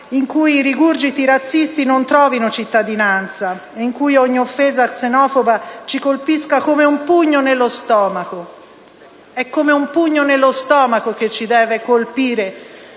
in cui i rigurgiti nazisti non trovino cittadinanza e in cui ogni offesa xenofoba ci colpisca come un pugno nello stomaco. E come un pugno nello stomaco ci deve colpire